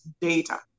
data